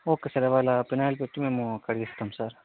okay sir ఇవాళ phenyl పెట్టి మేము కడిగిస్తాము సార్